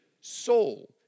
soul